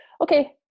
okay